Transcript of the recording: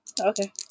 Okay